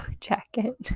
jacket